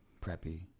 preppy